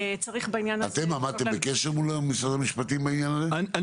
אתם עמדתם בקשר עם משרד המשפטים בעניין הזה?